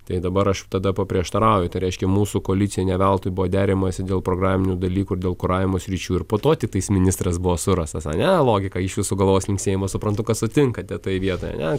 tai dabar aš tada paprieštarauju tai reiškia mūsų koalicijoj ne veltui buvo deramasi dėl programinių dalykų dėl kuravimo sričių ir po to tiktais ministras buvo surastas ane logika iš visų galvos linksėjimų suprantu kad sutinkate toj vietoj ane